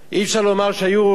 אי-אפשר לומר שהיורו,